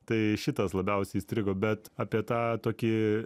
tai šitas labiausiai įstrigo bet apie tą tokį